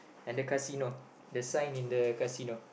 and the casino the sign in the casino